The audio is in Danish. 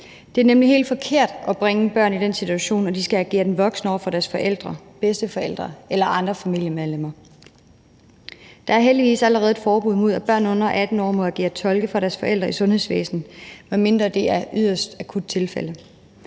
Det er nemlig helt forkert at bringe børn i den situation, hvor de skal agere den voksne over for deres forældre, bedsteforældre eller andre familiemedlemmer. Der er heldigvis allerede et forbud mod, at børn under 18 år må agere tolke for deres forældre i sundhedsvæsenet, medmindre der er tale om yderst akutte tilfælde.